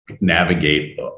navigate